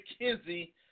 McKenzie